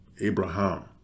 Abraham